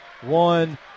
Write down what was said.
One